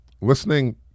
listening